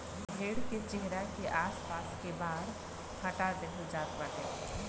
भेड़ के चेहरा के आस पास के बार हटा देहल जात बाटे